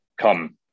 Come